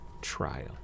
trial